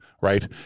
right